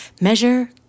measure